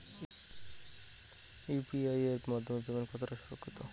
UPI এর মাধ্যমে payment কতটা সুরক্ষিত?